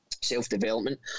self-development